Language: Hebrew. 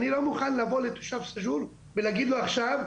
אבל אני לא מוכן לבוא לתושב סאג'ור ולהגיד לו עכשיו,